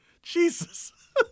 Jesus